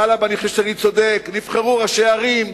טלב, אני חושב שאני צודק, נבחרו ראשי ערים,